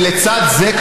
ולצד זה,